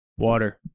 water